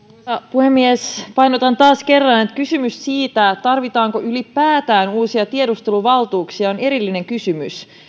puhemies painotan taas kerran että kysymys siitä tarvitaanko ylipäätään uusia tiedusteluvaltuuksia on erillinen kysymys